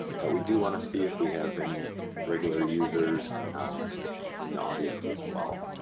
but we do want to see if we have any regular users um in the audience as well.